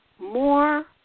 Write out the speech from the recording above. more